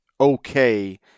Okay